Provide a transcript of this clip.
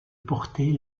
porter